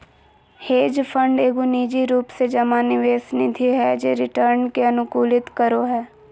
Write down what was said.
hedge fund एगो निजी रूप से जमा निवेश निधि हय जे रिटर्न के अनुकूलित करो हय